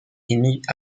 émis